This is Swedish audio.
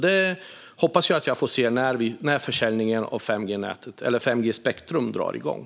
Jag hoppas få se det när försäljningen av 5G-spektrum drar igång.